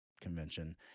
convention